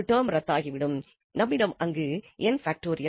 நம்மிடம் அங்கு n